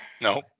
No